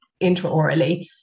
intraorally